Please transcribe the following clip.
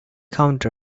counter